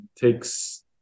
takes